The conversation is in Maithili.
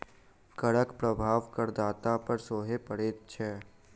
करक प्रभाव करदाता पर सेहो पड़ैत छै